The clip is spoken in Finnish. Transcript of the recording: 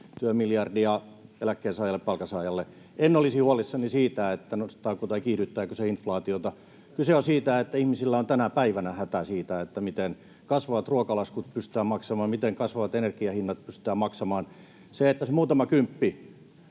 työmiljardia eläkkeensaajalle ja palkansaajalle. En olisi huolissani siitä, nostaako tai kiihdyttääkö se inflaatiota. Kyse on siitä, että ihmisillä on tänä päivänä hätä siitä, miten kasvavat ruokalaskut pystytään maksamaan ja miten kasvavat energian hinnat pystytään maksamaan. Se, että muutama kymppikin